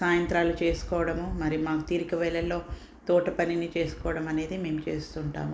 సాయంత్రాలు చేసుకోవడము మరి మాకు తీరిక వేళల్లో తోటపనిని చేసుకోవడం అనేది మేము చేస్తూ ఉంటాము